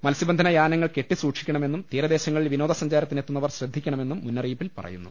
മത്സ്യബന്ധന്യ ്യാനങ്ങൾ കെട്ടി സൂക്ഷിക്കണമെന്നും തീരദേശങ്ങളിൽ വിന്റോദ്യ സഞ്ചാരത്തിനെ ത്തുന്നവർ ശ്രദ്ധിക്കണമെന്നും മുന്നറിയിപ്പിൽ പറയുന്നു